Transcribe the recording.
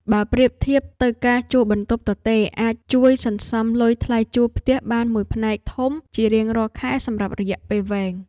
បើប្រៀបធៀបទៅការជួលបន្ទប់ទទេរអាចជួយសន្សំលុយថ្លៃជួលផ្ទះបានមួយផ្នែកធំជារៀងរាល់ខែសម្រាប់រយៈពេលវែង។